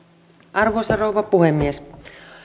arvoisa rouva puhemies